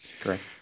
Correct